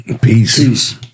Peace